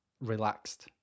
relaxed